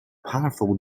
powerful